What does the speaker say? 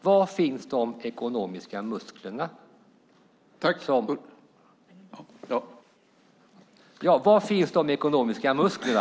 Var finns de ekonomiska musklerna?